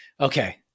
okay